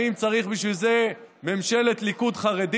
האם צריך בשביל זה ממשלת ליכוד-חרדים?